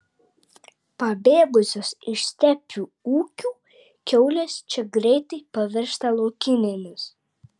pabėgusios iš stepių ūkių kiaulės čia greitai pavirsta laukinėmis